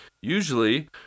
Usually